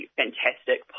fantastic